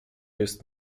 jest